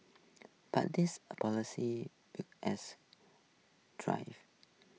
but this as drive